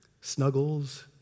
Snuggles